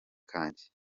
kanjye